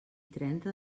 trenta